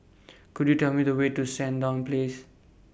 Could YOU Tell Me The Way to Sandown Place